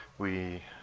we